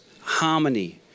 harmony